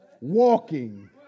walking